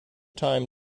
time